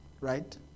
right